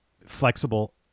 flexible